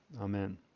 Amen